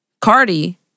Cardi